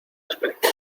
aspecto